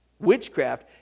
Witchcraft